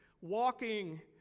walking